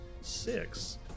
Six